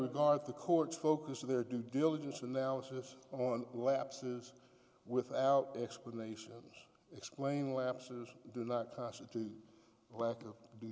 regard the court's focus of their due diligence analysis on lapses without explanation explain lapses do not constitute lack of